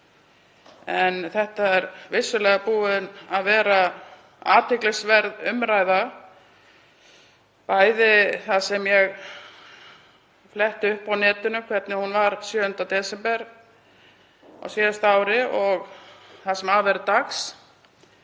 Þetta er vissulega búin að vera athyglisverð umræða, bæði það sem ég fletti upp á netinu, hvernig hún var 7. desember á síðasta ári, og það sem af er dags.